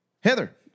Heather